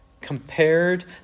compared